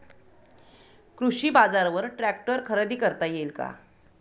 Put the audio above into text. कृषी बाजारवर ट्रॅक्टर खरेदी करता येईल का?